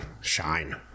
shine